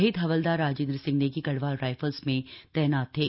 शहीद हवलदार राजेंद्र सिंह नेगी गढ़वाल राइफल्स में तैनात थे